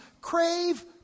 crave